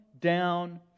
down